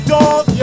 Dog